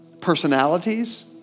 personalities